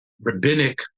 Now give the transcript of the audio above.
rabbinic